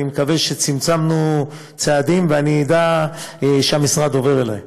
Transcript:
אני מקווה שצמצמנו פערים ואני אדע שהמשרד עובר אלי.